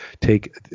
take